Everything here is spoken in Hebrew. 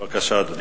בבקשה, אדוני.